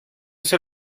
ser